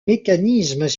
mécanismes